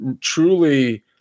truly